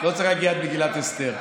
לא צריך להגיע עד מגילת אסתר.